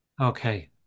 Okay